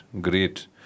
Great